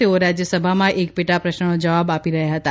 તેઓ રાજયસભામાં એક પેટાપ્રશ્નનો જવાબ આપી રહ્યા હતા